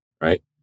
right